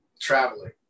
traveling